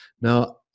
Now